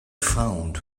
found